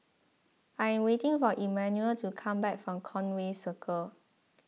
I am waiting for Emanuel to come back from Conway Circle